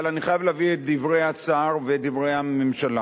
אבל אני חייב להביא את דברי השר ואת דברי הממשלה.